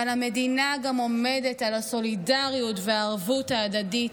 אבל המדינה גם עומדת על הסולידריות והערבות ההדדי.